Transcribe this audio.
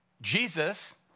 Jesus